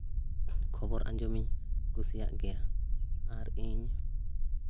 ᱠᱷᱚᱵᱚᱨ ᱟᱸᱡᱚᱢᱤᱧ ᱠᱩᱥᱤᱭᱟᱜ ᱜᱮᱭᱟ ᱟᱨ ᱤᱧ